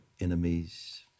enemies